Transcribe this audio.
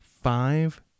five